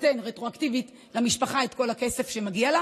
לצערנו, הלחימה גובה מחיר כבד.